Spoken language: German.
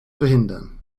verhindern